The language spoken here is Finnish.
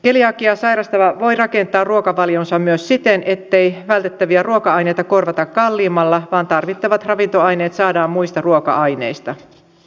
keliakiaa sairastava voi rakentaa ruokavalionsa myös siten ettei vältettäviä ruoka aineita korvata kalliimmalla vaan tarvittavat ravintoaineet saadaan muista ruoka aineista